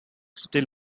still